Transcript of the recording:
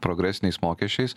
progresiniais mokesčiais